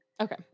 Okay